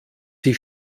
sie